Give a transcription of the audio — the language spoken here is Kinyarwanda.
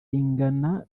ingana